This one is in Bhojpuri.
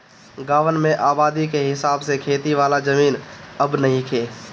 गांवन में आबादी के हिसाब से खेती वाला जमीन अब नइखे